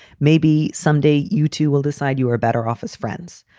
maybe someday youtube will decide you are better off as friends.